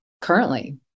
currently